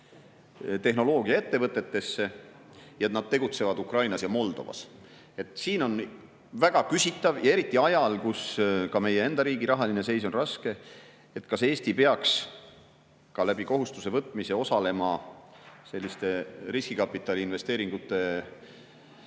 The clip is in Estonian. tehnoloogiaettevõtetesse ja et nad tegutsevad Ukrainas ja Moldovas. On väga küsitav ja eriti ajal, kui ka meie enda riigi rahaline seis on raske, kas Eesti peaks kohustuse võtmise teel osalema selliste riskikapitaliinvesteeringute